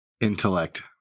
intellect